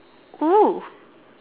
oo